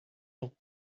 ans